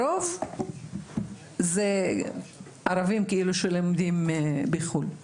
רוב הסטודנטים הלומדים בחו"ל הם ערבים.